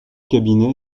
cabinet